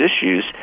issues